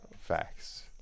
Facts